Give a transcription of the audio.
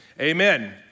Amen